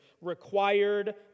required